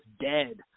dead